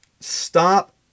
Stop